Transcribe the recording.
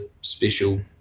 special